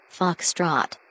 Foxtrot